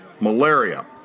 malaria